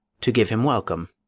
to give him welcome.